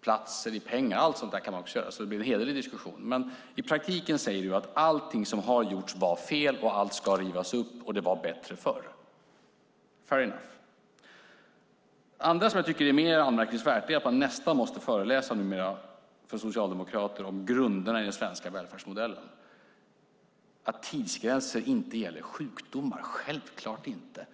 platser och pengar. Allt sådant där kan man också göra så att det blir en hederlig diskussion. Men i praktiken säger du att allting som har gjorts var fel, att allt ska rivas upp och att det var bättre förr - fair enough. Det andra, som är mer anmärkningsvärt, är att man numera nästan måste föreläsa för socialdemokrater om grunderna i den svenska välfärdsmodellen. Tidsgränser gäller inte sjukdomar. Självklart inte!